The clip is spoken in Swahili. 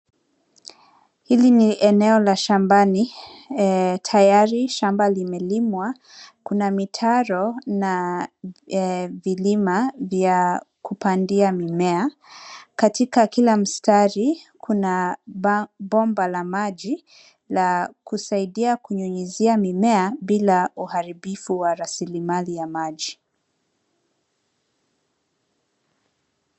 Hili ni eneo la shambani . Tayari shamba limelimwa. Kuna mitaro na vilima vya kupandia mimea. Katika kila mistari kuna bomba la maji la kusaidia kunyunyizia mimea bila uharibifu wa rasilmali ya maji.